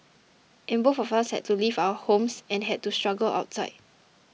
and both of us had to leave our homes and had to struggle outside